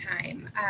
time